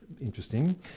interesting